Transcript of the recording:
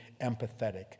empathetic